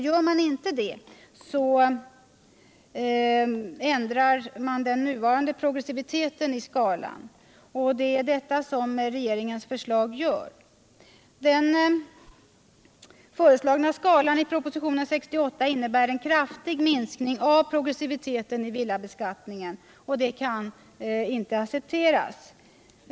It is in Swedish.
Gör man inte detta ändrar man den nuvarande progressiviteten i skalan. Det är detta som regeringens förslag gör. Den i proposition 68 föreslagna skalan innebär en kraftig minskning av progressiviteten i villabeskattningen. Och det kan inte accepteras.